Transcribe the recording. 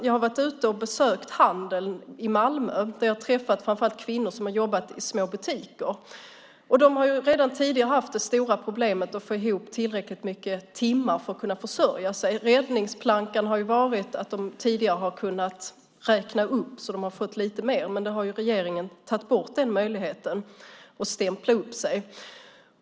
Jag har varit ute i handeln i Malmö där jag framför allt har träffat kvinnor som har jobbat i små butiker. De har redan tidigare haft stora problem att få ihop tillräckligt mycket timmar för att försörja sig. Räddningsplankan har varit att de tidigare har kunnat räkna upp så att de har fått lite mer. Men regeringen har tagit bort möjligheten att stämpla upp sig.